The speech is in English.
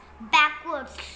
backwards